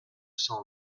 cent